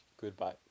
Goodbye